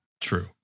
True